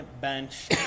bench